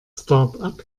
startup